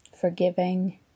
forgiving